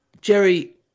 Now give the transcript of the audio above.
Jerry